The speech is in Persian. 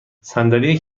صندلی